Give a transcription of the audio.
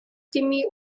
дэмий